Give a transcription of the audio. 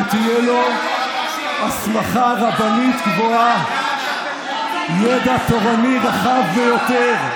שתהיה לו הסמכה רבנית גבוהה, ידע תורני רחב ביותר.